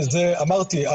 אמרתי,